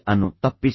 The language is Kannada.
ಅನ್ನು ತಪ್ಪಿಸಿ